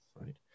Right